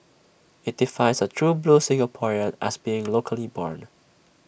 IT defines A true blue Singaporean as being locally born